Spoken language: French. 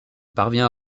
parvient